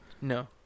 No